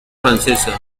francesa